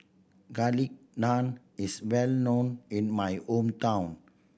Garlic Naan is well known in my hometown